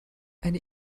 eine